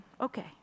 okay